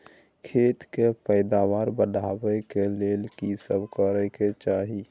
खेत के पैदावार बढाबै के लेल की करबा के चाही?